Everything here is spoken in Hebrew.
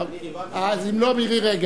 חבר הכנסת חסון,